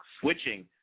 switching